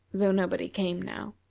though nobody came now.